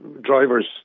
drivers